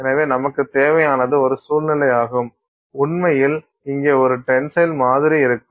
எனவே நமக்குத் தேவையானது ஒரு சூழ்நிலையாகும் உண்மையில் இங்கே ஒரு டென்சைல் மாதிரி இருக்கும்